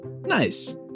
Nice